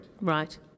Right